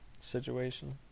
situation